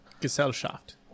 gesellschaft